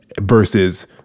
Versus